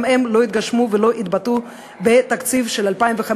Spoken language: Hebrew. גם הם לא יתגשמו ולא יתבטאו בתקציב של 2015,